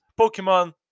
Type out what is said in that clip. Pokemon